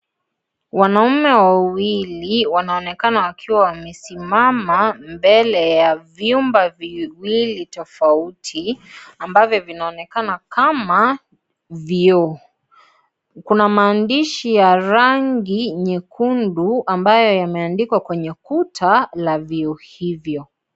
Wanaume wawili, wanaonekana wakiwa wamesimama mbele ya vyumba viwili tofauti, ambavyo vinaonekana kama, vyoo. Kuna maandishi ya rangi nyekundu, ambayo yameandikwa kwenye kuta la vyoo hivyo.